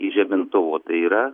įžemintuvo o tai yra